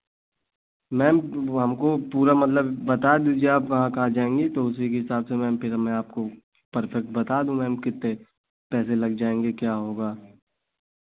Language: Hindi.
मैम हमको पूरा मतलब बता दीजिए आप कहाँ कहाँ जाएँगी तो उसी के हिसाब से मैम फिर मैं आपको परफ़ेक्ट बता दूँ मैम कितने पैसे लग जाएँगे क्या होगा